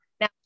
now